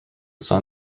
son